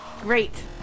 Great